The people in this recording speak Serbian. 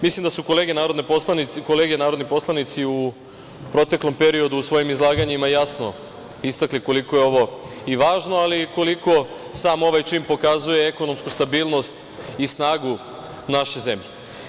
Mislim da su kolege narodni poslanici u proteklom periodu u svojim izlaganjima jasno istakli koliko je ovo i važno, ali koliko sam ovaj čin pokazuje ekonomsku stabilnost i snagu naše zemlje.